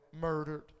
murdered